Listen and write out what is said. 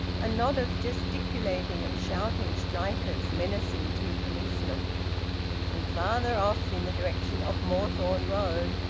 a knot of gesticulating and shouting strikers, menacing two policemen and farther off, in the direction of moorthorne road,